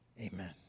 amen